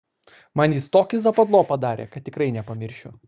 man jis tokį zapadlo padarė kad tikrai nepamiršiu